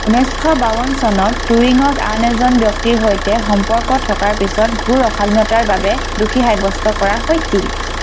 ঊনৈছশ বাৱন্ন চনত টুৰিঙক আন এজন ব্যক্তিৰ সৈতে সম্পৰ্ক থকাৰ পিছত ঘোৰ অশালীনতাৰ বাবে দোষী সাব্যস্ত কৰা হৈছিল